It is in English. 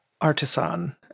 artisan